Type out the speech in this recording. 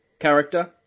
character